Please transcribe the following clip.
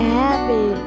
happy